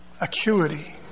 acuity